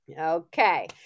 Okay